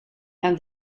and